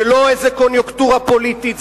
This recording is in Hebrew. זה לא איזה קוניונקטורה פוליטית,